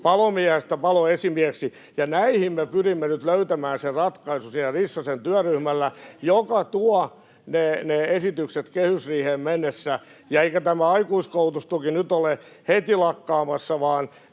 palomiehestä paloesimieheksi. Ja näihin me pyrimme nyt löytämään sen ratkaisun sillä Rissasen työryhmällä, joka tuo ne esitykset kehysriiheen mennessä. Eikä tämä aikuiskoulutustuki nyt ole heti lakkaamassa,